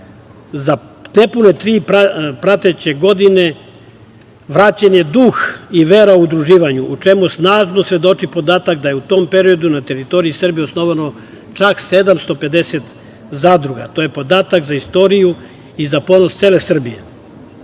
nepune tri prateće godine vraćen je duh i vera u udruživanje, pri čemu snažno svedoči podatak da je u tom periodu na teritoriji Srbije osnovano čak 750 zadruga. To je podatak za istoriju i za ponos cele Srbije.